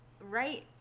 right